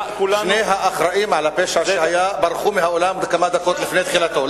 שני האחראים לפשע שהיה ברחו מן האולם כמה דקות לפני תחילתו,